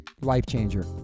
life-changer